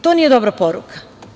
To nije dobra poruka.